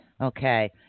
Okay